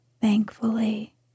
thankfully